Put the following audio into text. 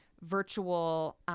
virtual